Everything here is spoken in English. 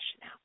now